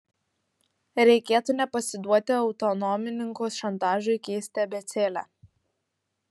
reikėtų nepasiduoti autonomininkų šantažui keisti abėcėlę